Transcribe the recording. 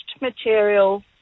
material